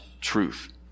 truth